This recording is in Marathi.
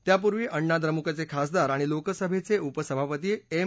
तत्पूर्वी अण्णाद्रमुकचे खासदार आणि लोकसभेचे उपसभापती एम